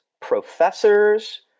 professors